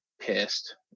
pissed